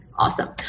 Awesome